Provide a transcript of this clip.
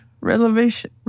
Revelation